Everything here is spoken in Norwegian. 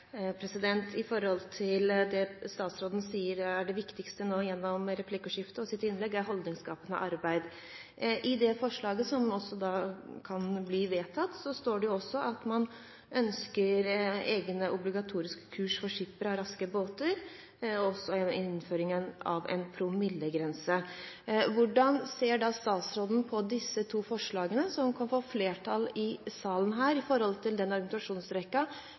til å fokusere på forslag nr. 2 fra SV, med tanke på det statsråden nå i replikkordskiftet og sitt innlegg sier er det viktigste, nemlig holdningsskapende arbeid. I det forslaget – som kan bli vedtatt – står det at man ønsker egne obligatoriske kurs for skippere av raske båter og innføring av en promillegrense. Hvordan ser statsråden på disse to forslagene – som kan få flertall her i salen